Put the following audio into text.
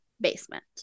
basement